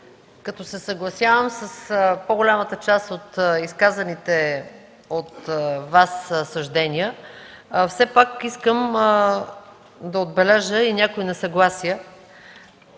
като се съгласявам с по-голямата част от изказаните от Вас съждения, все пак искам да отбележа и някои несъгласия.